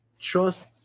Trust